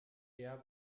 eher